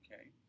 okay